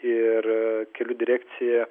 ir kelių direkcija